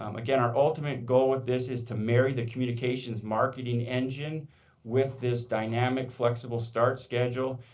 um again, our ultimate goal with this is to marry the communications marketing engine with this dynamic flexible start schedule.